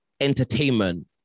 entertainment